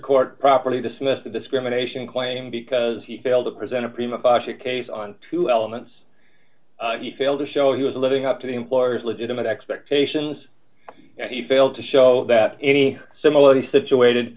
court property dismissed the discrimination claim because he failed to present a prima fascia case on two elements he failed to show he was living up to the employer's legitimate expectations and he failed to show that any similarly situated